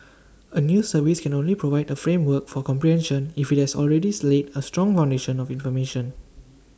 A news service can only provide A framework for comprehension if IT has already slay A strong foundation of information